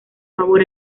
favor